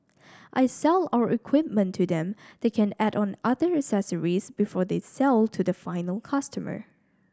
I sell our equipment to them they can add on other accessories before they sell to the final customer